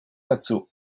dazu